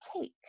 cake